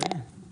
האם זה אפשרי?